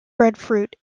breadfruit